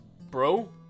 Bro